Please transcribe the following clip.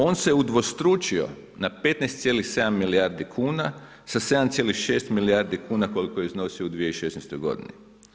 On se udvostručio na 15,7 milijardi kuna da 7,6 milijardi kuna koliko je iznosio u 2016. godini.